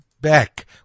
back